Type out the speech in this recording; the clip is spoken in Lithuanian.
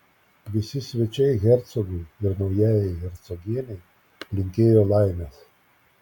visi svečiai hercogui ir naujajai hercogienei linkėjo laimės